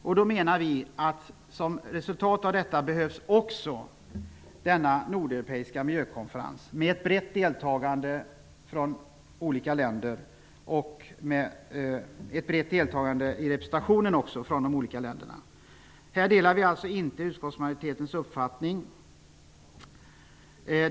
Vi menar att man för att komma fram till en sådan behöver anordna en nordeuropeisk miljökonferens med deltagande från en rad olika länder och med en bred representation från de respektive länderna. På denna punkt delar vi, som sagt, inte utskottsmajoritetens uppfattning.